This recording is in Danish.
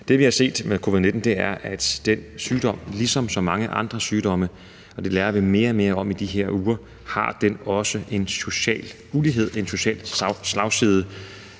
Det, vi har set med covid-19, er, at den sygdom ligesom så mange andre sygdomme – og det lærer vi mere og mere om i de her uger – også har en social ulighed, en social slagside.